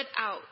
out